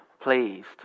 pleased